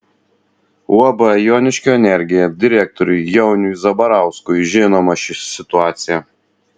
uab joniškio energija direktoriui jauniui zabarauskui žinoma ši situacija